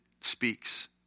speaks